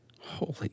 Holy